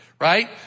right